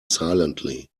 silently